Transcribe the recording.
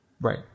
Right